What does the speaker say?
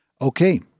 Okay